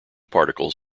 particles